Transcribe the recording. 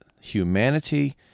humanity